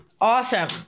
Awesome